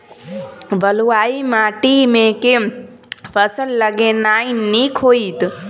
बलुआही माटि मे केँ फसल लगेनाइ नीक होइत?